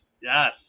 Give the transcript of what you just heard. Yes